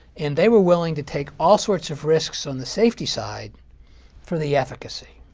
and they were willing to take all sorts of risks on the safety side for the efficacy.